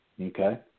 Okay